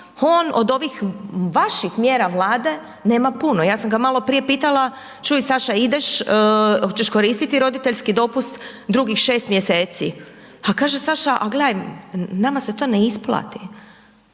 on od ovih vaših mjera Vlade, nema puno. Ja sam ga malo prije pitala, čuj Saša ideš, hoćeš koristiti roditeljski dopust drugih šest mjeseci? A kaže Saša, a gle, nama se to ne isplati.